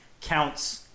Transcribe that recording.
counts